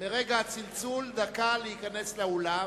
לאולם,